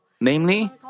Namely